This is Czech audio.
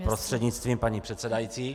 Prostřednictvím paní předsedající.